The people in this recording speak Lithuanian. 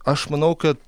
aš manau kad